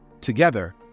Together